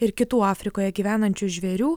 ir kitų afrikoje gyvenančių žvėrių